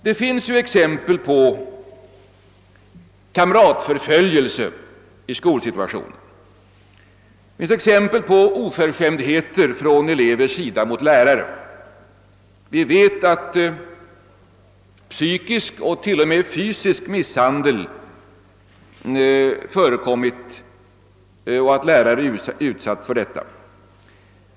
Det finns exempel på kamratförföljelse i skolsituationen, det finns exempel på oförskämdheter från elever mot lärare. Vi vet att psykisk och t.o.m. fysisk misshandel förekommit och att lärare utsatts för detta.